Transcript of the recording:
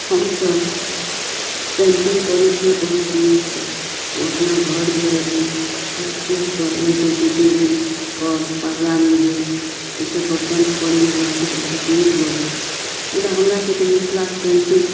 हमसब पेंटिंग करै छी बहुत नीकसँ हम अपना घर दुआइरिमे हर चीज पर जैसे कि टेबुल पर पार्दामे भेल एहि सब पर पेंट करयमे हमरा सबके बहुत नीक लगैया मुदा हमरा सबके मिथिलाके पेन्टिंग